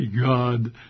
God